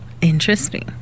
Interesting